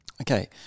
Okay